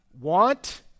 Want